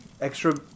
extra